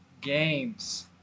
games